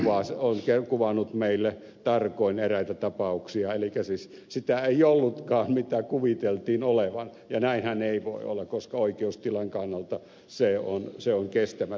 pentti on kuvannut meille tarkoin eräitä tapauksia elikkä siis sitä ei ollutkaan mitä kuviteltiin olevan ja näinhän ei voi olla koska oikeustilan kannalta se on kestämätön tilanne